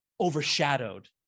overshadowed